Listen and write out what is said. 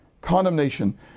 condemnation